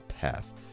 path